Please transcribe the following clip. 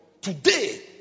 Today